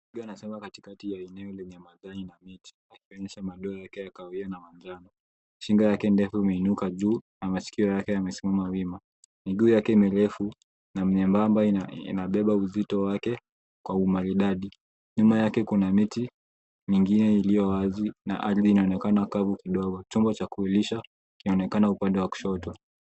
Twiga anasimama katikati ya eneo yenye majani na miti, akionyesha madoa yake ya kahawia na manjano, shingo yake ndefu imeinuka juu, na masikio yake yamesimama wima. Miguu yake mirefu, na miembamba inabeba uzito wake, kwa umaridadi. Nyuma yake kuna miti mingine iliyo wazi na hali inaonekana kavu kidogo, chombo cha kulisha kinaonekana upande wa kushoto.